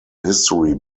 history